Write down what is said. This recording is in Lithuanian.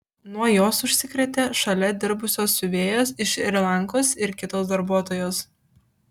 nuo jos užsikrėtė šalia dirbusios siuvėjos iš šri lankos ir kitos darbuotojos